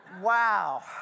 Wow